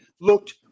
looked